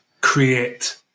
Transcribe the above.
create